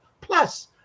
plus